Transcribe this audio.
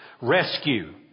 Rescue